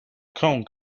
cone